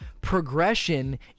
progression